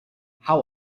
how